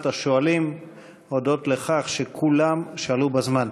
השואלים הודות לכך שכולם שאלו בזמן.